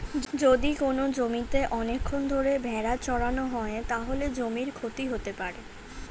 যদি কোনো জমিতে অনেকক্ষণ ধরে ভেড়া চড়ানো হয়, তাহলে জমির ক্ষতি হতে পারে